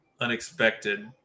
unexpected